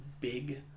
big